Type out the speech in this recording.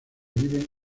vive